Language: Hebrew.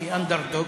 שהיא אנדרדוג,